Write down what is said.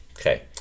okay